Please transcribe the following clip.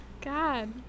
God